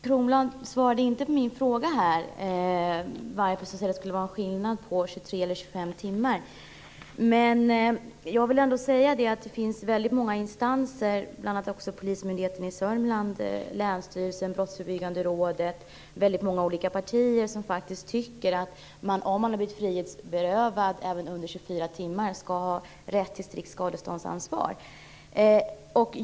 Herr talman! Bengt Kronblad svarade inte på min fråga om varför det skulle vara en skillnad mellan 23 Många instanser, bl.a. Polismyndigheten i Sörmland, länsstyrelsen och Brottsförebyggande rådet och även många partier, tycker faktiskt att den som har blivit frihetsberövad - det gäller då även om det rör sig om mindre än 24 timmar - skall ha rätt till strikt skadeståndsansvar.